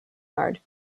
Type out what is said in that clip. yard